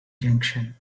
junction